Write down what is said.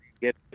get